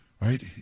right